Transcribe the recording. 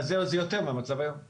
זה יותר ממה שיש היום.